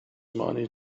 money